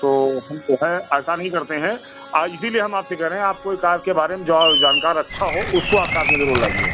तो हम जो है ऐसा नहीं करते हैं इसीलिए हम आपसे कहे रहे हैं आप कोई कार के बारे में जो जानकार अच्छा हो उसको आप साथ में ज़रूर लाइए